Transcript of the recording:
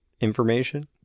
information